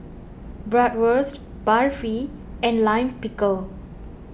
Bratwurst Barfi and Lime Pickle